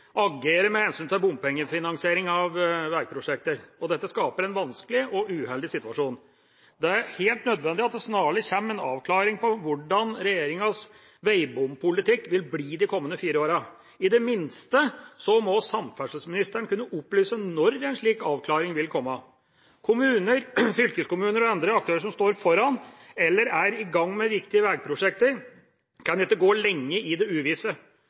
agere med hensyn til bompengefinansiering av veiprosjekter. Dette skaper en vanskelig og uheldig situasjon. Det er helt nødvendig at det snarlig kommer en avklaring av hvordan regjeringas veibompolitikk vil bli de kommende fire åra. I det minste må samferdselsministeren kunne opplyse om når en slik avklaring vil komme. Kommuner, fylkeskommuner og andre aktører som står foran eller er i gang med viktige veiprosjekter, kan ikke gå lenge i det